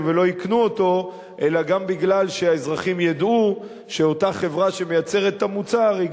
ולא יקנו אותו אלא גם מפני שהם ידעו שאותה חברה שמייצרת את המוצר גם